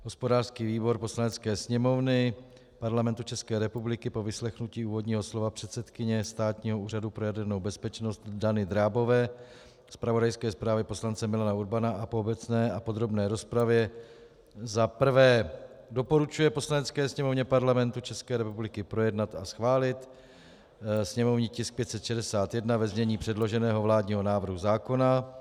Hospodářský výbor Poslanecké sněmovny Parlamentu České republiky po vyslechnutí úvodního slova předsedkyně státního úřadu pro jadernou bezpečnost Dany Drábové, zpravodajské zprávy poslance Milana Urbana a po obecné a podrobné rozpravě za prvé doporučuje Poslanecké sněmovně Parlamentu České republiky projednat a schválit sněmovní tisk 561 ve znění předloženého vládního návrhu zákona;